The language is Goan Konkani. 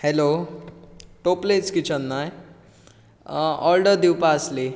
हॅलो टोपलेस किचन न्हय ऑर्डर दिवपा आसली